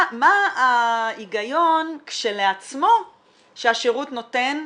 מה ההיגיון כשלעצמו שהשירות נותן?